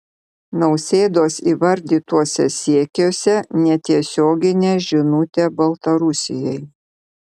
nausėdos įvardytuose siekiuose netiesioginė žinutė baltarusijai